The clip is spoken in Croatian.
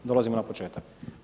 Dolazimo na početak.